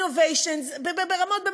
innovations ברמות,